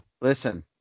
Listen